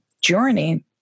journey